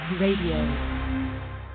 Radio